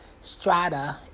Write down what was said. strata